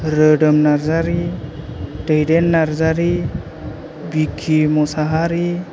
रोदोम नार्जारि दैदेन नार्जारि बिकि मसाहारि